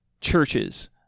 churches